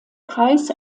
kreis